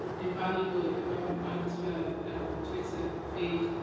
ah invaluable at the moment and her twitter feed.